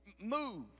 move